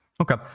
Okay